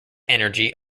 energy